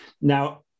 Now